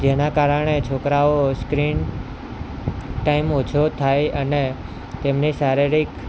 જેના કારણે છોકરાઓ સ્ક્રીન ટાઇમ ઓછો થાય અને તેમની શારીરિક